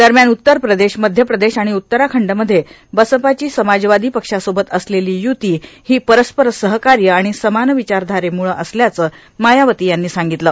दरम्यान उत्तर प्रदेश मध्य प्रदेश आणि उत्तराखंडमध्ये बसपाची समाजवादी पक्षासोबत असलेली युती ही परस्पर सहकार्य आणि समान विचारधारेमुळं असल्याचं मायावती यांनी सांगितलं